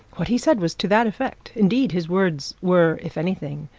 what he said was to that effect indeed, his words were, if anything,